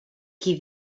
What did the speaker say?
qui